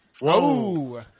Whoa